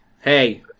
Hey